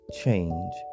change